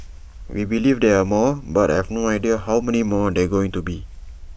we believe there are more but I have no idea how many more there are going to be